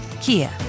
Kia